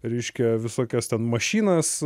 reiškia visokias ten mašinas